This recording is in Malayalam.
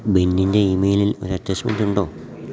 ബെന്നിൻറ്റെ ഈമെയിലിൽ ഒരറ്റാച്ച്മെൻറ്റുണ്ടോ